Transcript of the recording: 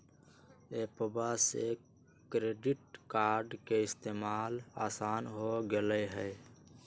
एप्पवा से credit card के इस्तेमाल असान हो गेलई ह